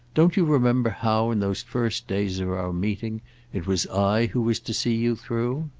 don't you remember how in those first days of our meeting it was i who was to see you through?